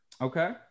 Okay